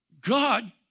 God